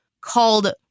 called